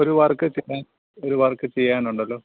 ഒരു വർക്ക് ചെയ്യാൻ ഒരു വർക്ക് ചെയ്യാനുണ്ടല്ലോ